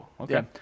okay